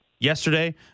yesterday